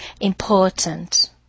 important